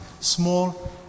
Small